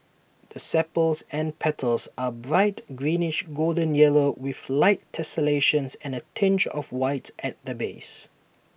the sepals and petals are bright greenish golden yellow with light tessellations and A tinge of white at the base